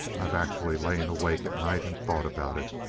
i've actually lain awake at night and thought about it!